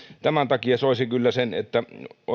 tämän takia soisi kyllä sen että